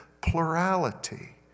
plurality